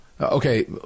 Okay